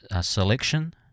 selection